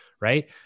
right